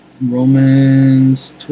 Romans